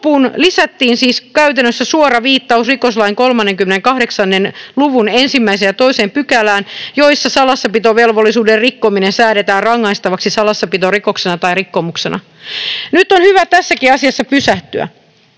lisättiin siis käytännössä suora viittaus rikoslain 38 luvun 1 ja 2 §:ään, joissa salassapitovelvollisuuden rikkominen säädetään rangaistavaksi salassapitorikoksena tai -rikkomuksena. Nyt on hyvä tässäkin asiassa pysähtyä.